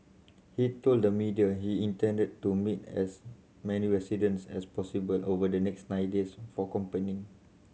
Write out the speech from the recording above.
he told the media he intended to meet as many residents as possible over the next nine days for campaigning